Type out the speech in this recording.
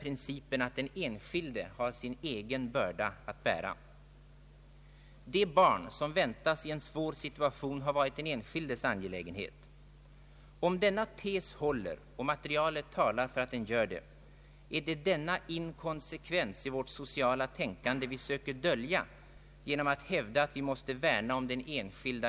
Lagen skall kunna fungera som ett skydd för kvinnan mot omgivningens påtryckningar i den ena eller andra riktningen, men lagen skall också skydda fostret i de fall då motiven för abort synes otillräckliga.